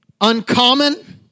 uncommon